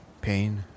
Pain